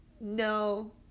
no